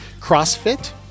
CrossFit